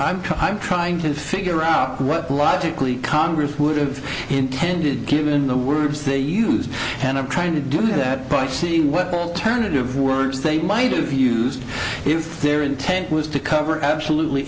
i'm i'm trying to figure out what logically congress would've intended given the words they used and of trying to do that by seeing what turn of words they might have used if their intent was to cover absolutely